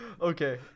Okay